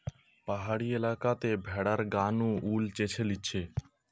পাহাড়ি এলাকাতে ভেড়ার গা নু উল চেঁছে লিছে